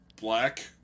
Black